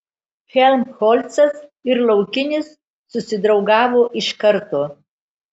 helmholcas ir laukinis susidraugavo iš karto